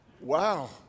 Wow